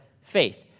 faith